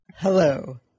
Hello